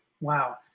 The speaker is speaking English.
Wow